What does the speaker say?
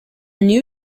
new